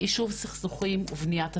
יישוב סכסוכים ובניית הסכמות,